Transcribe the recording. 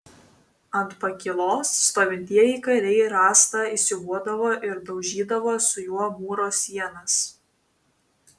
ant pakylos stovintieji kariai rąstą įsiūbuodavo ir daužydavo su juo mūro sienas